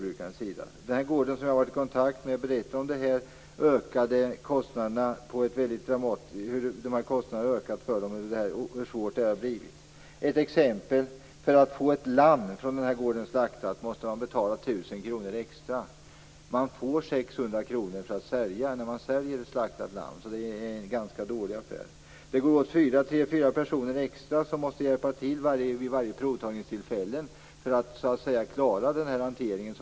Man har på den gård jag har varit i kontakt med berättat om hur kostnaderna har ökat och hur svårt det har blivit. Ett exempel: För att få ett lamm från gården slaktad måste man betala 1 000 kr extra. Ett slaktat lamm säljs för 600 kr. Så det är en dålig affär. Vid varje provtagningstillfälle behövs 3-4 extra personer för att klara hanteringen.